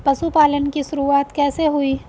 पशुपालन की शुरुआत कैसे हुई?